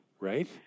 right